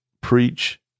preach